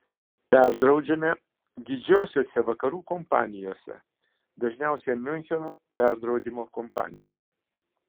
perdraudžiame didžiosiose vakarų kompanijose dažniausiai miuncheno perdraudimo kompanijoje